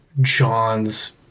John's